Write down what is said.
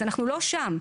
אז אנחנו לא שם.